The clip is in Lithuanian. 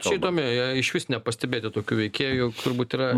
čia įdomi išvis nepastebėti tokių veikėjų turbūt yra